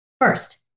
First